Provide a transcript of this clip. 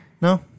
No